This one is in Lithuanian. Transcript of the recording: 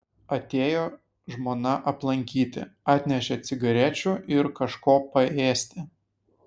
atėjo žmona aplankyti atnešė cigarečių ir kažko paėsti